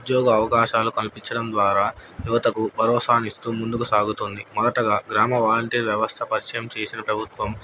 ఉద్యోగ అవకాశాలు కల్పించడం ద్వారా యువతకు ప్రరోసాన్ని ఇస్తూ ముందుకు సాగుతుంది మొదటగా గ్రామ వాలంటీర్ వ్యవస్థ పరిచయం చేసిన ప్రభుత్వం